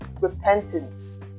repentance